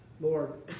Lord